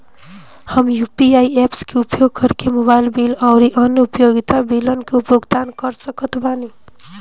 हम UPI apps के उपयोग करके मोबाइल बिल आउर अन्य उपयोगिता बिलन के भुगतान कर सकत बानी